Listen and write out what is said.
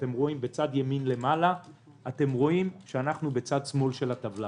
בצד ימין למעלה אתם רואים שאנחנו בצד שמאל של הטבלה.